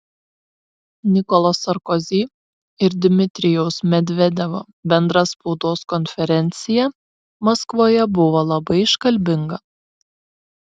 nikolo sarkozy ir dmitrijaus medvedevo bendra spaudos konferencija maskvoje buvo labai iškalbinga